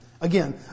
Again